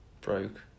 broke